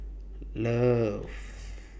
loves